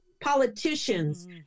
politicians